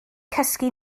cysgu